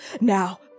now